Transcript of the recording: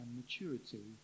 maturity